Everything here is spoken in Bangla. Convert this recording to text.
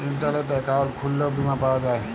ইলটারলেট একাউল্ট খুইললেও বীমা পাউয়া যায়